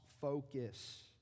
focus